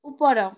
ଉପର